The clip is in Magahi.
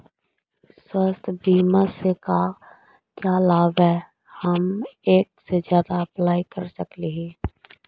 स्वास्थ्य बीमा से का क्या लाभ है हम एक से जादा अप्लाई कर सकली ही?